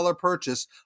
purchase